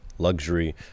luxury